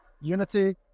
Unity